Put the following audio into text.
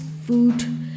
food